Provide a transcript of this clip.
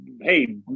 hey